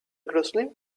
rigourously